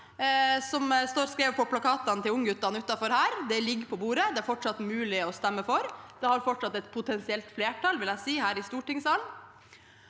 som står skrevet på plakatene til ungguttene utenfor, ligger på bordet. Det er fortsatt mulig å stemme for det. Det har fortsatt et potensielt flertall i stortingssalen,